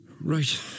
Right